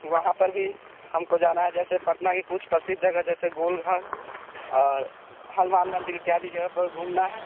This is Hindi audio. वहाँ पर भी हमको जाना है जैसे पटना के कुछ प्रसिद्ध जगह जैसे गोलघर और हनुमान मंदिर इत्यादि जगह पर घूमना है